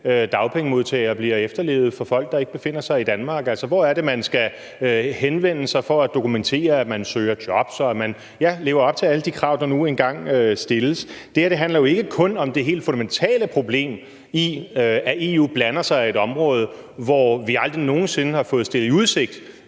dagpengemodtagere, bliver efterlevet af folk, der ikke befinder sig i Danmark? Hvor er det, man skal henvende sig for at dokumentere, at man søger jobs, og at man, ja, lever op til alle de krav, der nu engang stilles? Det her handler jo ikke kun om det helt fundamentale problem i, at EU blander sig på et område, hvor vi aldrig nogen sinde har fået stillet i udsigt,